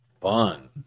Fun